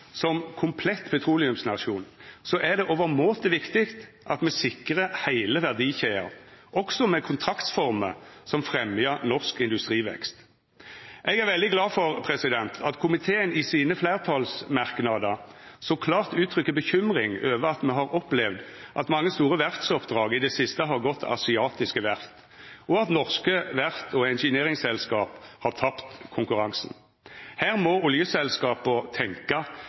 som komplett petroleumsnasjon, er det overmåte viktig at me sikrar heile verdikjeda, òg med kontraktsformer som fremjar norsk industrivekst. Eg er veldig glad for at komiteen i sine fleirtalsmerknader så klart uttrykkjer bekymring over at me har opplevd at mange store verftsoppdrag i det siste har gått til asiatiske verft, og at norske verft og engineringsselskap har tapt konkurransen. Her må oljeselskapa